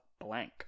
blank